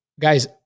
guys